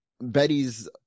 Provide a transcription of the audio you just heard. Betty's